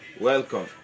Welcome